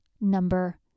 number